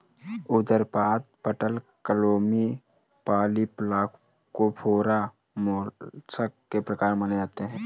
उदरपाद, पटलक्लोमी, Polyplacophora, mollusc के प्रकार माने जाते है